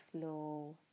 flow